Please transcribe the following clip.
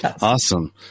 Awesome